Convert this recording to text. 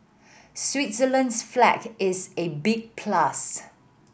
Switzerland's flag is a big plus